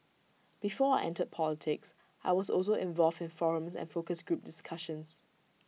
before entered politics I was also involved in forums and focus group discussions